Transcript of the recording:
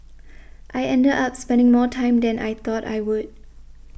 I ended up spending more time than I thought I would